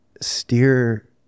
steer